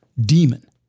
demon